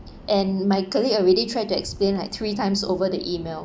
and my colleague already tried to explain like three times over the email